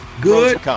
Good